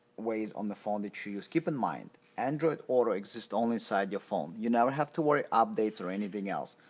waze on the phone that you use. keep in mind, android auto exists only inside your phone. you never have to worry about updates or anything else.